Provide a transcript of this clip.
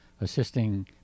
assisting